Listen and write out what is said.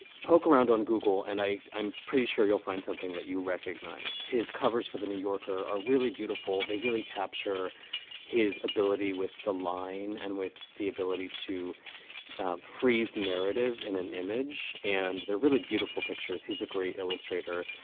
poke around on google and i, i'm pretty sure you'll find something that you recognize. his covers for the new yorker are really beautiful. they really capture his ability with the line and with the ability to freeze narrative in an image. and they're really beautiful pictures. he's a great illustrator.